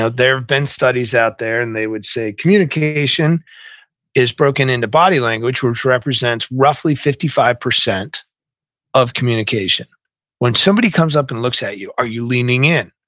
there have been studies out there, and they would say communication is broken into body language, which represents roughly fifty five percent of communication when somebody comes up and looks at you, are you leaning in?